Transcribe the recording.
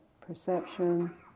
perception